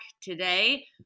today